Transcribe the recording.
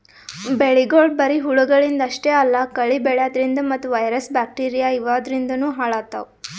ಬೆಳಿಗೊಳ್ ಬರಿ ಹುಳಗಳಿಂದ್ ಅಷ್ಟೇ ಅಲ್ಲಾ ಕಳಿ ಬೆಳ್ಯಾದ್ರಿನ್ದ ಮತ್ತ್ ವೈರಸ್ ಬ್ಯಾಕ್ಟೀರಿಯಾ ಇವಾದ್ರಿನ್ದನೂ ಹಾಳಾತವ್